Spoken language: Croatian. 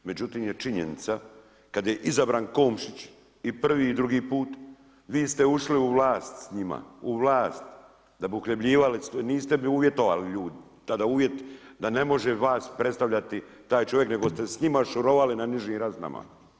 Međutim je činjenica kad je izabran Komšić i prvi i drugi put, vi ste ušli u vlast s njima, u vlast da bi uhljebljivali, niste uvjetovali, tada uvjet da ne može vas predstavljati taj čovjek, nego ste s njima šorovali na nižim razinama.